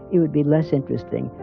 it would be less interesting,